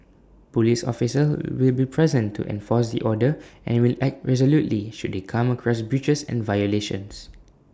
Police officers will be present to enforce the order and will act resolutely should they come across breaches and violations